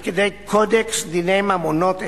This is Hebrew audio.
לכדי קודקס דיני ממונות אחד,